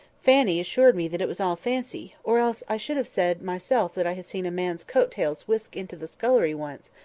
fanny assured me that it was all fancy, or else i should have said myself that i had seen a man's coat-tails whisk into the scullery once,